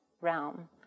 realm